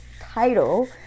title